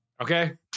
Okay